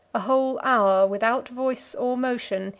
a whole hour, without voice or motion,